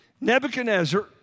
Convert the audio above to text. Nebuchadnezzar